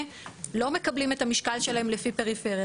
,לא מקבלים את המשקל שלהם לפי פריפריה,